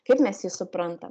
kaip mes jį suprantam